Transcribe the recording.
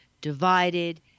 divided